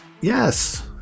Yes